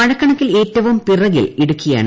മഴക്കണക്കിൽ ഏറ്റവും പിറകിൽ ഇടുക്കിയാണ്